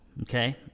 Okay